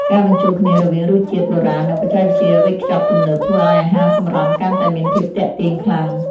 ការបញ្ចូលគ្នារវាងរសជាតិបុរាណនិងបច្ចេកវិទ្យាវេចខ្ចប់ទំនើបធ្វើឱ្យអាហារសម្រន់កាន់តែមានភាពទាក់ទាញខ្លាំង។